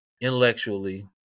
intellectually